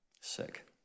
sick